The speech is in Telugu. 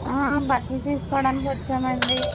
బట్టలు తీసుకోవడానికి వచ్చామండి